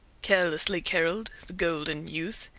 carelessly caroled the golden youth.